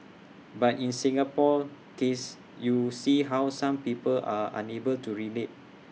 but in Singapore's case you see how some people are unable to relate